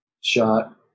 shot